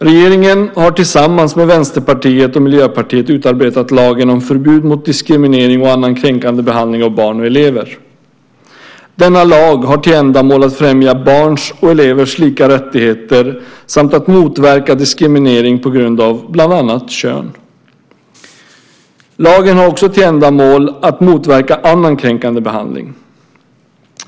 Regeringen har tillsammans med Vänsterpartiet och Miljöpartiet utarbetat lagen om förbud mot diskriminering och annan kränkande behandling av barn och elever. Denna lag har till ändamål att främja barns och elevers lika rättigheter samt att motverka diskriminering på grund av bland annat kön. Lagen har också till ändamål att motverka annan kränkande behandling.